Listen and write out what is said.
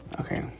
Okay